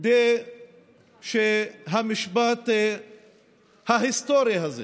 כדי שהמשפט ההיסטורי הזה